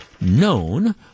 known